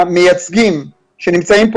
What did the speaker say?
המייצגים שנמצאים כאן,